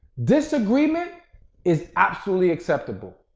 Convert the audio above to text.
disagreement is absolutely acceptable.